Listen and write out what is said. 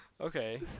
Okay